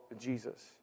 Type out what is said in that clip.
Jesus